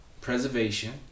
preservation